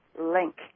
link